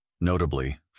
notably